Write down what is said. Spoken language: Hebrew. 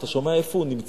אתה שומע איפה הוא נמצא.